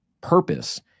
purpose